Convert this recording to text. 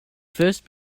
first